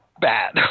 bad